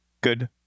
Good